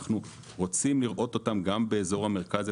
אנחנו רוצים לראות אותם גם באזור המרכז,